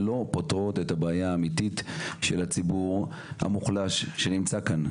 לא פותרות את הבעיה האמיתית של הציבור המוחלש שנמצא כאן.